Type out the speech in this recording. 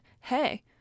hey